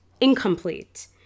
Incomplete